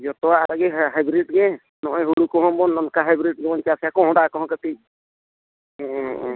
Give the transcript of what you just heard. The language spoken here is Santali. ᱡᱚᱛᱚᱣᱟᱜ ᱨᱮᱜᱮ ᱦᱮᱸ ᱦᱟᱭᱵᱨᱤᱰ ᱜᱮ ᱱᱚᱜᱼᱚᱭ ᱦᱩᱲᱩ ᱠᱚᱦᱚᱸ ᱵᱚᱱ ᱚᱱᱠᱟ ᱦᱟᱭᱵᱨᱤᱰ ᱜᱮᱵᱚᱱ ᱪᱟᱥᱮᱜᱼᱟ ᱦᱚᱦᱰᱟ ᱠᱚ ᱦᱚᱸ ᱠᱟᱹᱴᱤᱡ ᱦᱮᱸ